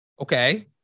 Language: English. okay